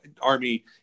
army